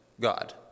God